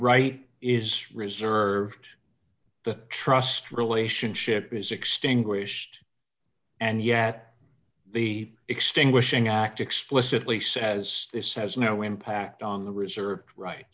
right is reserved the trust relationship is extinguished and yet the extinguishing act explicitly says this has no impact on the reserve right